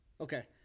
Okay